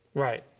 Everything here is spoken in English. right.